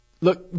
Look